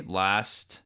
last